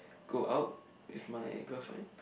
go out with my girlfriend